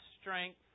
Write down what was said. strength